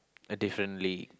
and differently